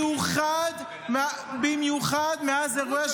במיוחד מאז אירועי 7 באוקטובר.